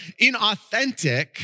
inauthentic